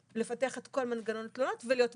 לפתח את כל מנגנון התלונות ולהיות בקרה.